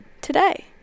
today